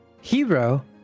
Hero